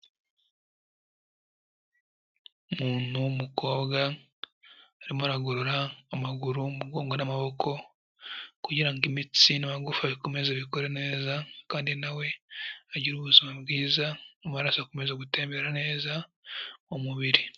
Umuntu w'umukobwa arimo aragorora amaguru, umugongo n'amaboko, kugira ngo imitsi n'amagufa bikomeze bikore neza; kandi nawe agire ubuzima bwiza, amaraso akomeza gutembera neza mu mubiri.